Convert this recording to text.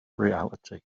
reality